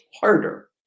harder